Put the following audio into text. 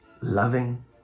loving